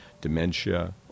dementia